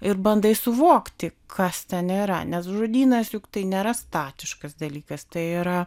ir bandai suvokti kas ten yra nes žodynas juk tai nėra statiškas dalykas tai yra